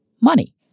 money